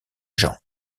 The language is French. gens